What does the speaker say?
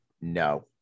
no